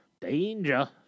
Danger